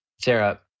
Sarah